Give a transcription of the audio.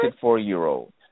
four-year-old